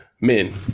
men